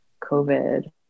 COVID